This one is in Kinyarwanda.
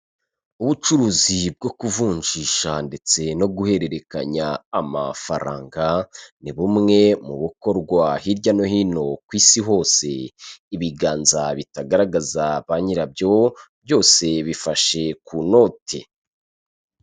Ubucuruzi bwo kuvunjisha ndetse no guhererekanya amafaranga, ni bumwe mu bikorwa hirya no hino ku isi hose, ibiganza bitagaragaza ba nyirabyo byose bifashe ku note.